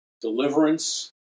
deliverance